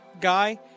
guy